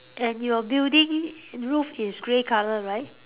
and your building roof is grey colour right